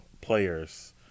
players